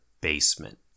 basement